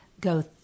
go